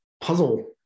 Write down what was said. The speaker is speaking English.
puzzle